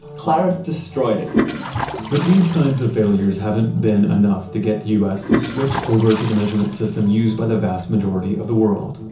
clarence destroyed it but these kinds of failures haven't been enough to get the u s. to switch over to the measurement system used by the vast majority of the world.